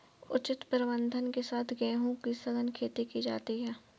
उचित प्रबंधन के साथ गेहूं की सघन खेती की जाती है